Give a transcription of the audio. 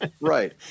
right